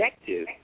objective